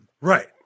Right